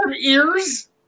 ears